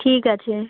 ঠিক আছে